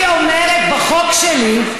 אני אומרת בחוק שלי: